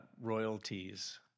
royalties